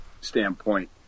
standpoint